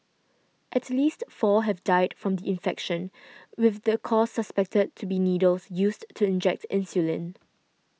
at least four have died from the infection with the cause suspected to be needles used to inject insulin